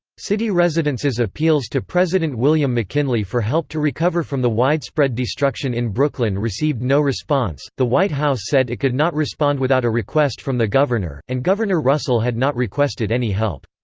city residents' appeals to president william mckinley for help to recover from the widespread destruction in brooklyn received no response the white house said it could not respond without a request from the governor, and governor russell had not requested any help.